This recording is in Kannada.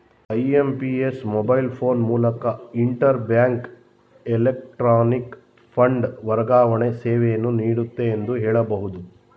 ಐ.ಎಂ.ಪಿ.ಎಸ್ ಮೊಬೈಲ್ ಫೋನ್ ಮೂಲಕ ಇಂಟರ್ ಬ್ಯಾಂಕ್ ಎಲೆಕ್ಟ್ರಾನಿಕ್ ಫಂಡ್ ವರ್ಗಾವಣೆ ಸೇವೆಯನ್ನು ನೀಡುತ್ತೆ ಎಂದು ಹೇಳಬಹುದು